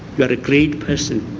but a great person